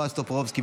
בועז טופורובסקי,